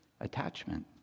Attachment